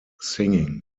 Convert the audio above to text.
singing